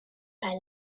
pelle